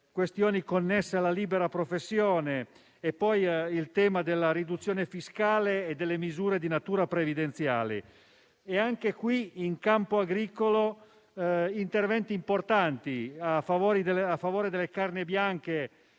questioni connesse alla libera professione. Ancora, il tema della riduzione fiscale e delle misure di natura previdenziale. Anche in campo agricolo si sono portati avanti interventi importanti a favore delle carni bianche,